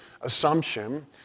assumption